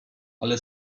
ale